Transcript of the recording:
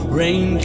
rain